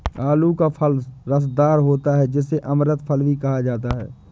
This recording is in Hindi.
आलू का फल रसदार होता है जिसे अमृत फल भी कहा जाता है